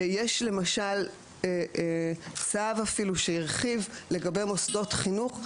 יש למשל צו אפילו שהרחיב לגבי מוסדות חינוך,